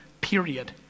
period